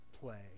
play